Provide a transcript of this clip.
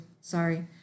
Sorry